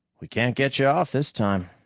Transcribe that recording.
we can't get you off this time.